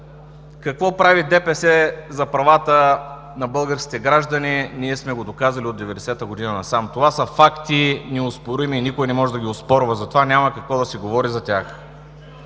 какво прави ДПС за правата на българските граждани ние сме го доказали от 1990 г. насам. Това са неоспорими факти и никой не може да ги оспорва, затова няма какво да се говори за тях.